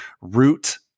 root